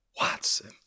Watson